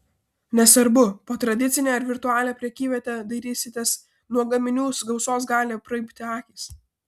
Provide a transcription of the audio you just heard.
nesvarbu po tradicinę ar virtualią prekyvietę dairysitės nuo gaminių gausos gali apraibti akys